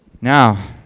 Now